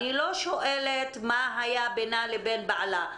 אני לא שואלת מה היה בינה לבין בעלה.